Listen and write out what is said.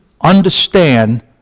understand